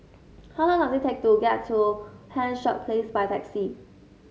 how long does it take to get to Penshurst Place by taxi